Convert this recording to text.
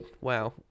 Wow